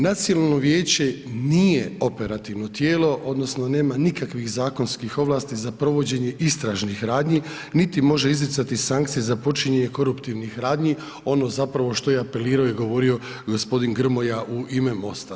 Nacionalno vijeće nije operativno tijelo odnosno nema nikakvih zakonskih ovlasti za provođenje istražnih radnji, niti može izricati sankcije za počinjenje koruptivnih radnji ono što je zapravo apelirao i govorio gospodin Grmoja u ima MOST-a.